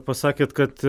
pasakėt kad